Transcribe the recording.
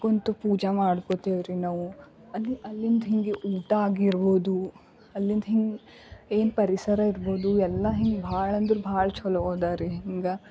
ಕೂತು ಪೂಜಾ ಮಾಡ್ಕೋತಿವಿರಿ ನಾವು ಅಲ್ಲಿ ಅಲ್ಲಿಂದ ಹಿಂಗೆ ಊಟ ಆಗಿರಬೋದು ಅಲ್ಲಿಂದ ಹಿಂಗ ಏನು ಪರಿಸರ ಇರಬೋದು ಎಲ್ಲ ಹಿಂಗ ಭಾಳ ಅಂದ್ರೆ ಭಾಳ ಚಲೋ ಅದರಿ ಹಿಂಗ